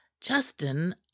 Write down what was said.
Justin